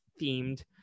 themed